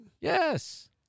Yes